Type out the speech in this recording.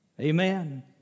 Amen